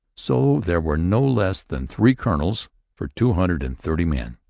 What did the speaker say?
so there were no less than three colonels for two hundred and thirty men.